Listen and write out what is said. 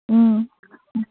ও